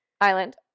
Island